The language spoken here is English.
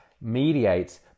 mediates